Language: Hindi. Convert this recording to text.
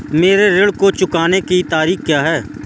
मेरे ऋण को चुकाने की तारीख़ क्या है?